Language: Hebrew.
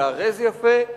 ייארז יפה,